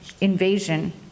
invasion